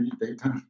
data